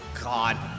God